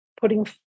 putting